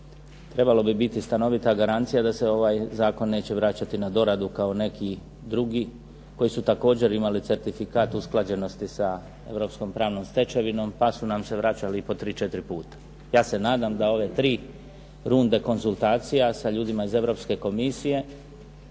trebalo bi biti stanovita garancija da se ovaj zakon neće vraćati na doradu kao neki drugi koji su također imali certifikat usklađenosti sa europskom pravnom stečevinom, pa su nam se vraćali po tri, četiri puta. Ja se nadam da ove tri runde konzultacija sa ljudima iz Europske Komisije